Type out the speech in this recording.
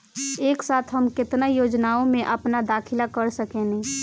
एक साथ हम केतना योजनाओ में अपना दाखिला कर सकेनी?